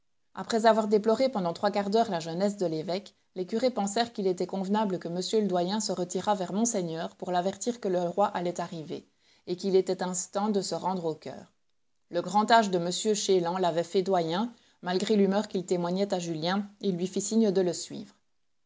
après avoir déploré pendant trois quarts d'heure la jeunesse de l'évêque les curés pensèrent qu'il était convenable que m le doyen se retirât vers monseigneur pour l'avertir que le roi allait arriver et qu'il était instant de se rendre au choeur le grand âge de m chélan l'avait fait doyen malgré l'humeur qu'il témoignait à julien il lui fit signe de le suivre